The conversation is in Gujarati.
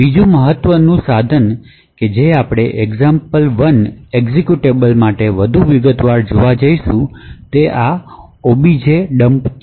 બીજું મહત્વનું સાધન કે જે આપણે example1 એક્ઝેક્યુટેબલ માટે વધુ વિગતવાર જોવા જઈશું તે આ objdump છે